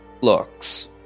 looks